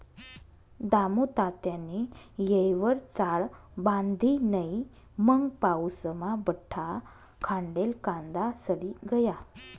दामुतात्यानी येयवर चाळ बांधी नै मंग पाऊसमा बठा खांडेल कांदा सडी गया